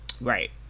Right